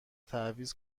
تعویض